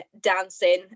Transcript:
dancing